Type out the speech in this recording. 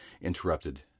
interrupted